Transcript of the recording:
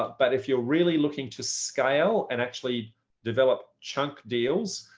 ah but if you're really looking to scale and actually develop chunk deals,